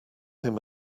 him